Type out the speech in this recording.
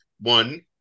One